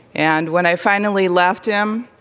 and when i finally left him,